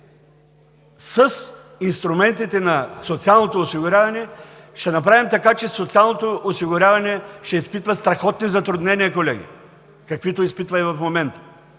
с инструментите на социалното осигуряване ще направим така, че социалното осигуряване ще изпитва страхотни затруднения, каквито изпитва и в момента.